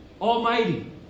almighty